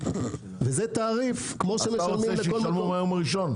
אתה רוצה שישלמו מהיום הראשון?